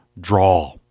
draw